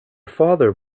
father